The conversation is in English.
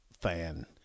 fan